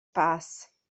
pass